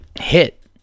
hit